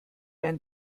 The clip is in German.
ein